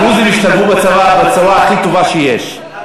השתלבו בצבא בצורה הכי טובה שיש.